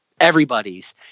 everybody's